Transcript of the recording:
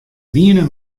wiene